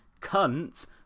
cunt